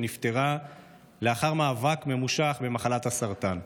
שנפטרה לאחר מאבק ממושך במחלת הסרטן.